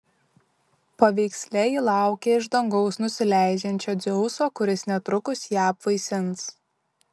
paveiksle ji laukia iš dangaus nusileidžiančio dzeuso kuris netrukus ją apvaisins